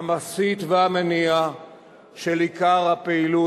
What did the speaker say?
המסית והמניע של עיקר הפעילות,